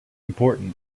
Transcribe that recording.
important